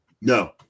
No